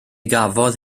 gafodd